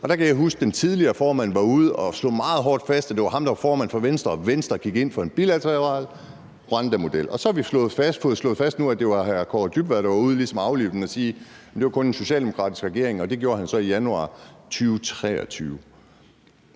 og der kan jeg huske, at den tidligere formand var ude at slå meget klart fast, at det var ham, der var formand for Venstre, og at Venstre gik ind for en bilateral rwandamodel. Så har vi nu fået slået fast, at det var udlændinge- og integrationsministeren, der ligesom var ude at aflive den og sige, at det kun var under en socialdemokratisk regering, og det gjorde han så i januar 2023.